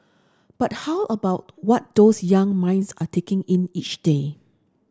but how about what those young minds are taking in each day